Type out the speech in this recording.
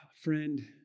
Friend